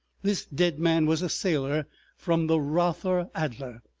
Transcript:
this dead man was a sailor from the rother adler,